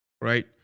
right